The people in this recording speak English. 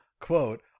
quote